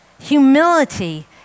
humility